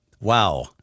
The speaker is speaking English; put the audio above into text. Wow